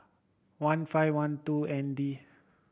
one five one two N D